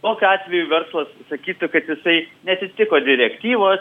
tokiu atveju verslas sakytų kad jisai neatitiko direktyvos